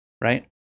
right